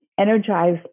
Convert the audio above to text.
energize